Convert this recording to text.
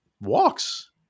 walks